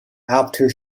after